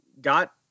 got